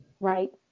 Right